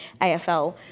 AFL